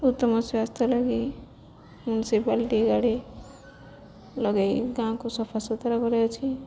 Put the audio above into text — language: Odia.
ଉତ୍ତମ ସ୍ୱାସ୍ଥ୍ୟ ଲାଗି ମ୍ୟୁନସିପାଲଟି ଗାଡ଼ି ଲଗେଇ ଗାଁକୁ ସଫାସୁତୁରା କରାଯାଉଛି